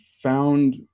found